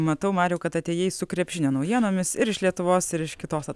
matau mariau kad atėjai su krepšinio naujienomis ir iš lietuvos ir iš kitos